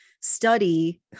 study